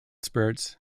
spirits